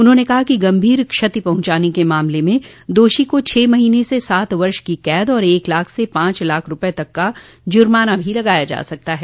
उन्होंने कहा कि गंभीर क्षति पहुंचाने के मामले में दोषी को छह महीने से सात वर्ष की कैद और एक लाख से पांच लाख रुपये तक का जूर्माना भी लगाया जा सकता है